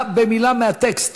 מילה במילה מהטקסט,